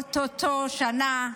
או-טו-טו שנה.